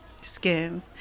skin